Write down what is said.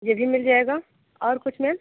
यह भी मिल जाएगा और कुछ मैम